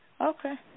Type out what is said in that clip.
Okay